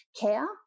care